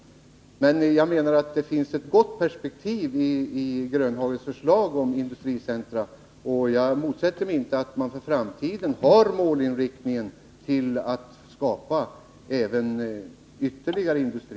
Jag menar att det finns ett gott perspektiv i Nils-Olof Grönhagens förslag om industricentra. Jag motsätter mig inte att man för framtiden har målinriktningen att även skapa ytterligare industri.